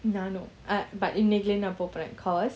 nah no ah but இன்னைக்குநான்போடறேன்:innaiku naan podren cause